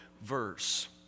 verse